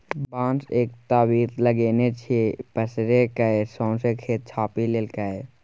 बांस एकटा बीट लगेने छै पसैर कए सौंसे खेत छापि लेलकै